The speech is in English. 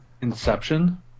Inception